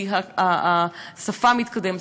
כי השפה מתקדמת,